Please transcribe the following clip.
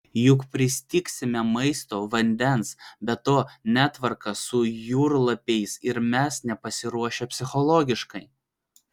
juk pristigsime maisto vandens be to netvarka su jūrlapiais ir mes nepasiruošę psichologiškai